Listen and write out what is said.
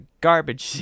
garbage